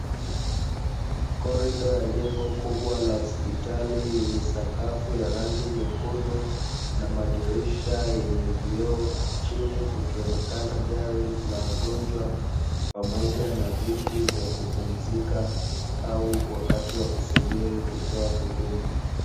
Korido ya jengo kubwa la hospitali lenye sakafu ya rangi nyekundu na madirisha yenye vioo. Chini kukionekana gari la wagonjwa pamoja na viti vya kupumzika wakati wa kusubiri kupewa huduma.